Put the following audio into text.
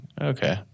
okay